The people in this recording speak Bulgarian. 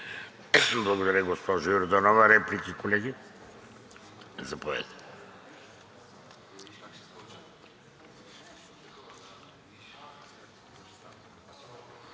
Благодаря, госпожо Йорданова. Реплики, колеги? Заповядайте.